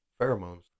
Pheromones